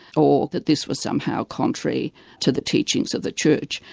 or that this was somehow contrary to the teachings of the church.